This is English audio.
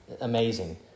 amazing